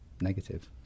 negative